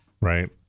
right